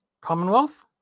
Commonwealth